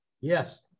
Yes